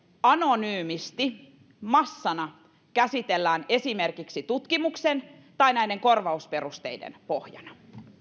anonyymisti massana käsitellään esimerkiksi tutkimuksen tai näiden korvausperusteiden pohjana